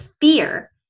fear